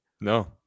No